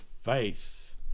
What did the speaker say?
face